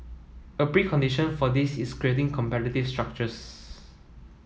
a precondition for this is creating competitive structures